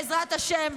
בעזרת השם,